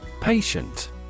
Patient